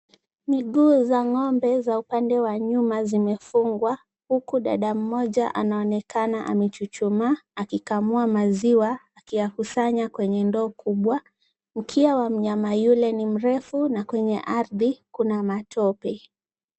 Miguu za ng'ombe za upande wa nyuma zimefungwa, huku dada mmoja anaonekana amechuchumaa, akikamua maziwa yakusanya kwenye ndoo kubwa. Mkia wa mnyama yule ni mrefu na kwenye ardhi kuna matope.